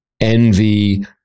envy